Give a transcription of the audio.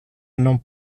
non